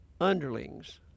underlings